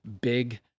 big